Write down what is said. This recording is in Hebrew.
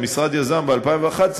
שהמשרד יזם ב-2011,